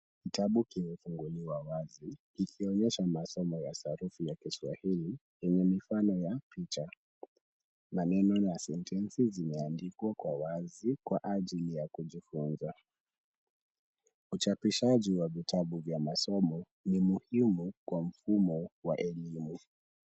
Kitabu kimefunguliwa wazi, ikionyesha masomo ya sarufi ya kiswahili yenye mifano ya picha. Maneno na sentensi zimeandikwa kwa wazi kwa ajili ya kujifunza. Uchapishaji wa vitabu vya masomo ni muhimu kwa mfumo wa elimu.